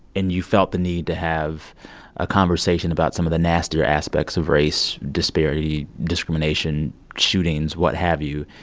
and you felt the need to have a conversation about some of the nastier aspects of race, disparity, discrimination, shootings, what have you,